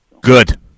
Good